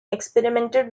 experimented